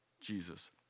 Jesus